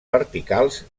verticals